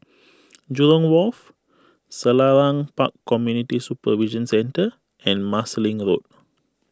Jurong Wharf Selarang Park Community Supervision Centre and Marsiling Road